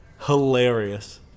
hilarious